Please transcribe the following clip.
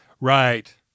Right